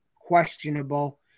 questionable